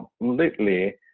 completely